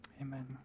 Amen